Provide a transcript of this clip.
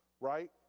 right